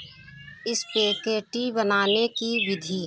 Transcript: spaghetti बनाने की विधि